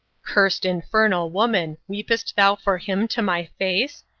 cursed, infernal woman! weepest thou for him to my face?